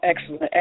excellent